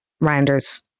rounders